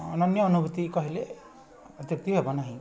ଅନନ୍ୟ ଅନୁଭୂତି କହିଲେ ଅତ୍ୟୁକ୍ତି ହେବନାହିଁ